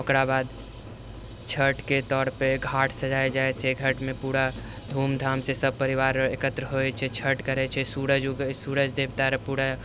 ओकरा बाद छठके तौरपर घाट सजाएल जाइ छै घाटमे पूरा धूमधामसँ सबपरिवार एकत्र होइ छै छठ करै छै सूरज उगै सूरज देवता रऽ पूरा